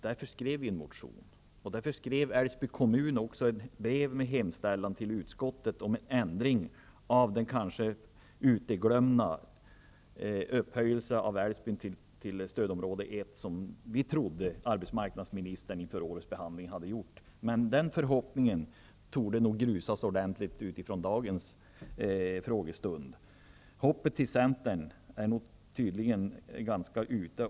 Därför väckte vi en motion. Älvsbyns kommun skrev också ett brev till utskottet med en hemställan om en ändring av den kanske bortglömda upphöjelsen av Älvsbyn till stödområde 1, som vi trodde att arbetsmarknadsministerna före årets behandling kanske hade genomfört. Men den förhoppningen torde grusas ordentligt om man ser till dagens frågestund. Hoppet till Centern är tydligen ganska ute.